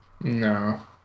No